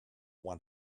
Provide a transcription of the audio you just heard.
one